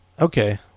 Okay